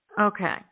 Okay